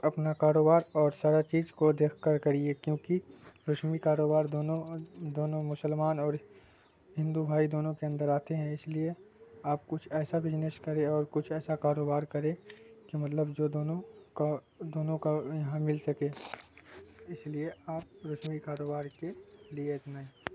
اپنا کاروبار اور سارا چیز کو دیکھ کر کریے کیونکہ رسمی کاروبار دونوں دونوں مسلمان اور ہندو بھائی دونوں کے اندر آتے ہیں اس لیے آپ کچھ ایسا بزنس کریں اور کچھ ایسا کاروبار کریں کہ مطلب جو دونوں کو دونوں کا یہاں مل سکے اس لیے آپ رسمی کاروبار کے لیے اتنا ہی